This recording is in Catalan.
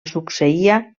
succeïa